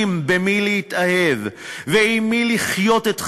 במי להתאהב ועם מי לחיות את חייהם,